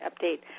update